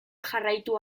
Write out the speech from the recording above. jarraitu